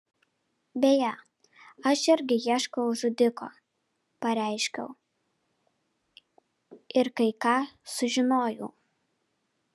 beje aš irgi ieškau žudiko pareiškiau ir kai ką sužinojau